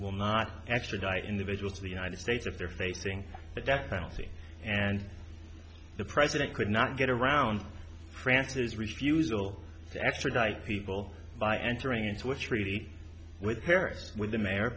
will not extradite individuals to the united states if they're facing the death penalty and the president could not get around france's refusal to extradite people by entering into a treaty with paris with the mayor